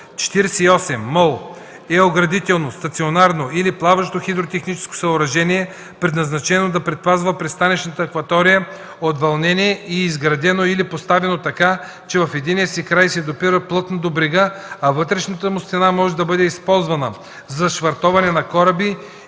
48. „Мол” е оградително стационарно или плаващо хидротехническо съоръжение, предназначено да предпазва пристанищната акватория от вълнение и изградено или поставено така, че в единия си край се допира плътно до брега, а вътрешната му стена може да бъде използвана за швартоване на кораби